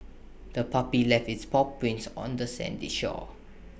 the puppy left its paw prints on the sandy shore